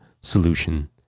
solution